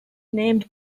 named